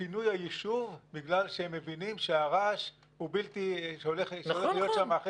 פינוי היישוב בגלל שהם מבינים שהרעש שהולך להיות שם אחרי